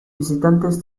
visitantes